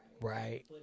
Right